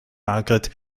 margret